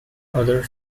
other